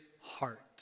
heart